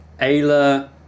Ayla